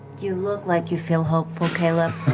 you look like you feel hopeful, caleb.